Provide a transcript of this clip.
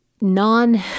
non